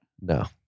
No